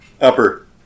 Upper